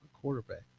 quarterback